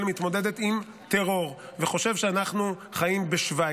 מתמודדת עם טרור וחושב שאנחנו חיים בשווייץ.